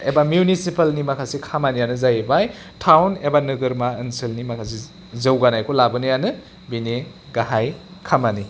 एबा मिउनिसिपालनि माखासे खामानियानो जाहैबाय टाउन एबा नोगोरमा ओनसोलनि माखासे जौगानायखौ लाबोनायानो बेनि गाहाय खामानि